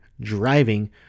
driving